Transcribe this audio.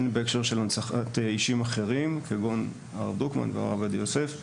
הן בהקשר של הנצחת אישים אחרים כגון הרב דרוקמן והרב עובדיה יוסף.